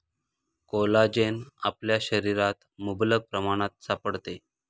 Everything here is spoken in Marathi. कोलाजेन आपल्या शरीरात मुबलक प्रमाणात सापडते